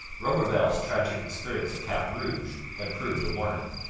roberval's tragic experience at cap rouge had proved a warning.